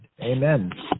Amen